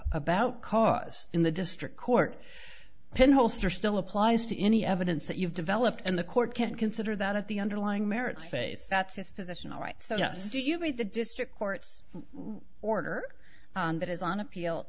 about cause in the district court then holster still applies to any evidence that you've developed and the court can consider that of the underlying merits face that's his position all right so yes do you read the district court's order that is on appeal